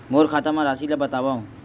मोर खाता म राशि ल बताओ?